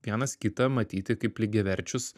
vienas kitą matyti kaip lygiaverčius